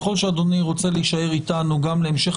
ככל שאדוני רוצה להישאר איתנו גם להמשך